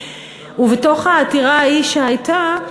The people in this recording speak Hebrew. ובעתירה ההיא שהייתה,